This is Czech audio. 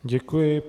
Děkuji.